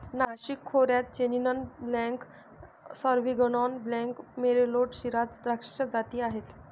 नाशिक खोऱ्यात Chenin Blanc, Sauvignon Blanc, Merlot, Shiraz द्राक्षाच्या जाती आहेत